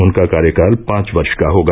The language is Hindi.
उनका कार्यकाल पांच वर्ष का होगा